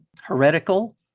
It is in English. heretical